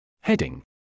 Heading